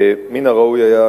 מן הראוי היה,